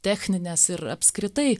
techninės ir apskritai